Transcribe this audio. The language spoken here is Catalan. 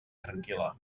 tranquil·la